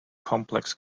complex